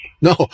no